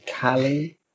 Callie